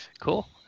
Cool